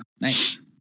Nice